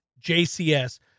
JCS